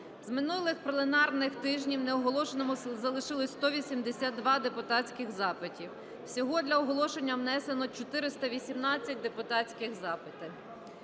З минулих пленарних тижнів неоголошеними залишилися 182 депутатських запити. Всього для оголошення внесено 418 депутатських запити.